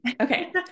Okay